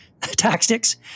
tactics